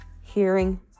hearing